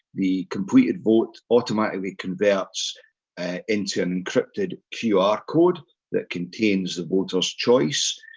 the completed vote automatically converts into an encrypted qr code that contains the voter's choice.